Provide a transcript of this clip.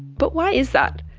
but why is that?